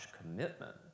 commitment